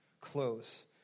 close